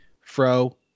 Fro